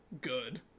good